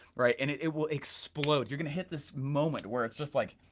right, and it will explode. you're gonna hit this moment where it's just like,